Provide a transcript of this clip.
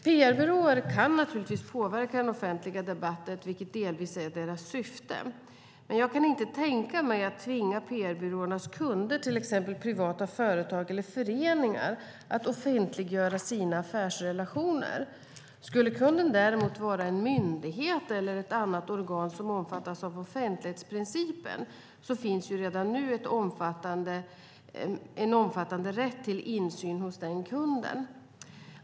PR-byråer kan naturligtvis påverka den offentliga debatten, vilket delvis är deras syfte. Jag kan inte tänka mig att tvinga PR-byråernas kunder, till exempel privata företag eller föreningar, att offentliggöra sina affärsrelationer. Skulle kunden däremot vara en myndighet eller ett annat organ som omfattas av offentlighetsprincipen finns redan nu en omfattande rätt till insyn hos den kunden.